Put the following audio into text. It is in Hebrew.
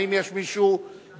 האם יש מישהו באולם